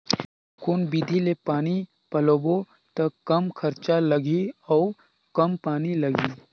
कौन विधि ले पानी पलोबो त कम खरचा लगही अउ कम पानी लगही?